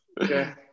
okay